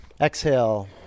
Exhale